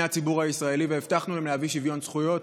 הציבור הישראלי והבטחנו להם להביא שוויון זכויות,